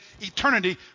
eternity